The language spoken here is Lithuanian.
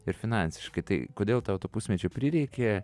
ir finansiškai tai kodėl tau to pusmečio prireikė